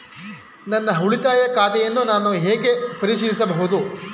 ನನ್ನ ಉಳಿತಾಯ ಖಾತೆಯನ್ನು ನಾನು ಹೇಗೆ ಪರಿಶೀಲಿಸುವುದು?